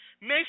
make